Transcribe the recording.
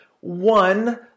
one